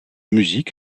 musique